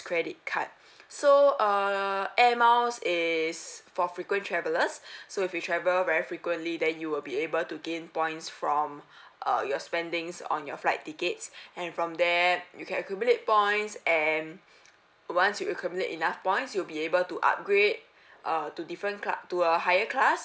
credit card so err air miles is for frequent travelers so if you travel very frequently then you will be able to gain points from uh your spending's on your flight tickets and from there you can accumulate points and once you accumulate enough points you'll be able to upgrade err to different cla~ to a higher class